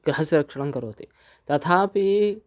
गृहस्य रक्षणं करोति तथापि